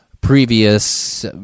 Previous